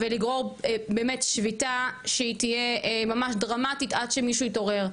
ולגרור שביתה שתהיה ממש דרמטית עד שמישהו יתעורר.